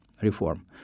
reform